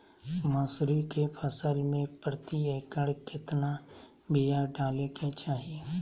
मसूरी के फसल में प्रति एकड़ केतना बिया डाले के चाही?